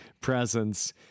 presence